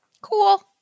Cool